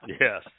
Yes